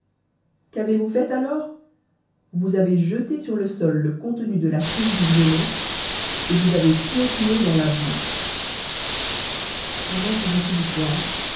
qu'avez-vous fait alors vous avez jeté sur le sol le contenu de la cruche du violon et vous avez piétiné dans la boue pendant ce réquisitoire